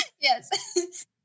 Yes